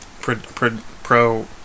pro